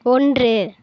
ஒன்று